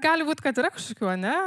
gali būt kad yra kažkokių ane